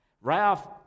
Ralph